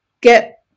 get